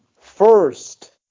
First